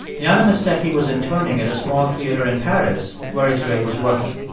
jana mestecky was interning at a small theater in paris where israel was working.